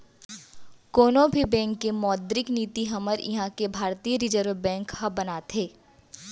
कोनो भी बेंक के मौद्रिक नीति हमर इहाँ के भारतीय रिर्जव बेंक ह बनाथे